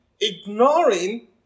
ignoring